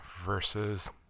versus